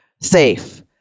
SAFE